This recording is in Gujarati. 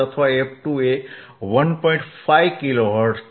5 કિલો હર્ટ્ઝ છે